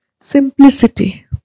simplicity